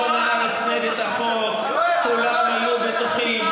הטענות שהם העלו כאן יחד עם חברי כנסת